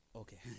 Okay